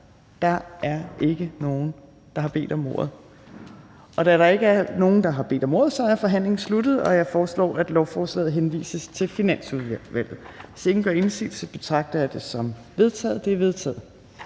Forhandlingen er åbnet. Da der ikke er nogen, der har bedt om ordet, er forhandlingen sluttet. Jeg foreslår, at lovforslaget henvises til Finansudvalget. Hvis ingen gør indsigelse, betragter jeg dette som vedtaget. Det er vedtaget.